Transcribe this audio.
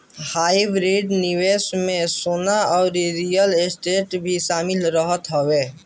hybrid निवेश में सोना अउरी रियल स्टेट भी शामिल रहत हवे